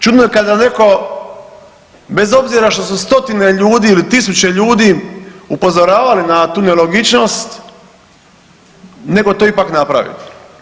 Čudno je kada netko bez obzira što su stotine ljudi ili tisuće ljudi upozoravali na tu nelogičnost, nego to ipak napravi.